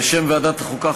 בשם ועדת החוקה,